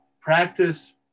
practice